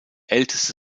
älteste